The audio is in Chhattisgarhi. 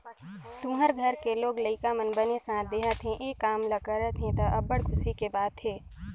तुँहर घर के लोग लइका मन बने साथ देहत हे, ए काम ल करत हे त, अब्बड़ खुसी के बात हे